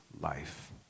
life